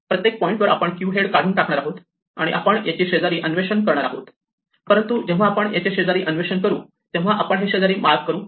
प्रत्येक पॉईंट वर आपण क्यू हेड काढून टाकणार आहोत आणि आपण याचे शेजारी अन्वेषण करणार आहोत परंतु जेव्हा आपण याचे शेजारी अन्वेषण करू तेव्हा आपण हे शेजारी मार्क करू